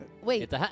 Wait